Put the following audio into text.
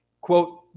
quote